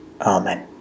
Amen